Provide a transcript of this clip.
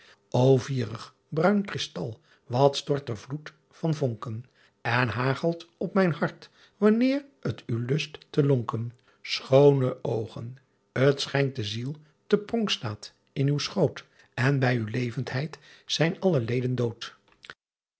o ierigh bruin kristaal wat stort er vloedt van vonken n haagelt op mijn hart wanneer t u lust te lonken choone oogen t schijnt de ziel te pronk staat in uw schoot n by uw leventheit zijn alle leden doot